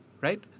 Right